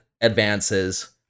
advances